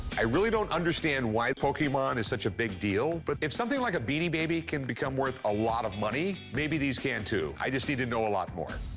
i really don't understand why pokemon is such a big deal. but if something like a beanie baby can become worth a lot of money, maybe these can too. i just need to know a lot more.